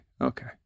okay